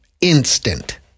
instant